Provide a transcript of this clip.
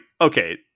okay